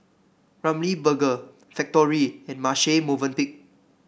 Ramly Burger Factorie and Marche Movenpick